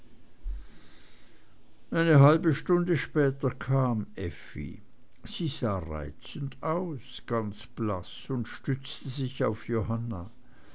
eine halbe stunde später kam effi sie sah reizend aus ganz blaß und stützte sich auf johanna